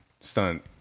stunt